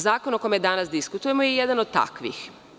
Zakon o kome danas diskutujemo je jeda od takvih.